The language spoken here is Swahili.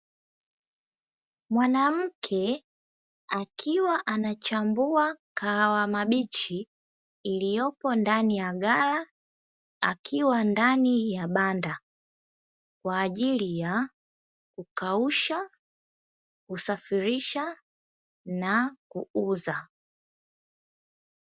Mwanamke akiwa anachambua kahawa mabichi iliyopo ndani ya ghala akiwa ndani ya banda kwa ajili ya kukausha, kusafirisha na kuuza.